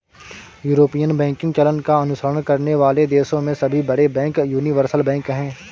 European banking चलन का अनुसरण करने वाले देशों में सभी बड़े बैंक यूनिवर्सल बैंक हैं